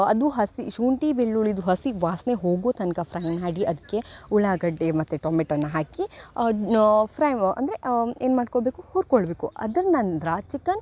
ಅದು ಹಸಿ ಶುಂಠಿ ಬೆಳ್ಳುಳ್ಳಿದು ಹಸಿ ವಾಸನೆ ಹೋಗೋ ತನಕ ಫ್ರೈ ಮಾಡಿ ಅದಕ್ಕೆ ಉಳಾಗಡ್ಡೆ ಮತ್ತು ಟೊಮೆಟೊನ ಹಾಕಿ ಫ್ರೈಮ್ ಅಂದರೆ ಏನು ಮಾಡ್ಕೊಬೇಕು ಹುರ್ಕೊಳ್ಳಬೇಕು ಅದರ ನಂತರ ಚಿಕನ್